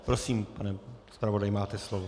Prosím, pane zpravodaji, máte slovo.